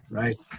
right